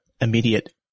immediate